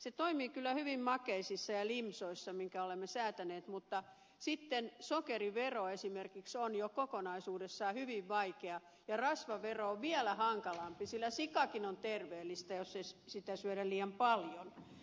se toimii kyllä hyvin makeisissa ja limsoissa joista olemme säätäneet mutta sitten esimerkiksi sokerivero kokonaisuudessaan on jo hyvin vaikea ja rasvavero on vielä hankalampi sillä sikakin on terveellistä jos ei sitä syödä liian paljon